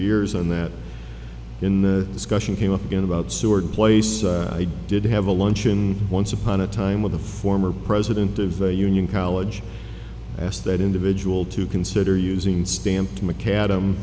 years and that in the discussion came up again about seward place i did have a luncheon once upon a time with the former president of the union college asked that individual to consider using stamped mcadam